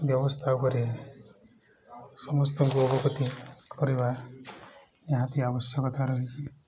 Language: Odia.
ବ୍ୟବସ୍ଥା ଉପରେ ସମସ୍ତଙ୍କୁ ଅବଗତି କରିବା ନିହାତି ଆବଶ୍ୟକତା ରହିଛି